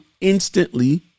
instantly